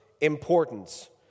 importance